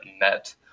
met